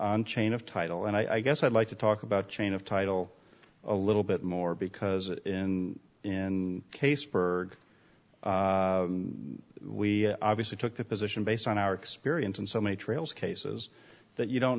on chain of title and i guess i'd like to talk about chain of title a little bit more because in in case berg we obviously took the position based on our experience in so many trails cases that you don't